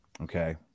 Okay